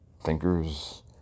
thinkers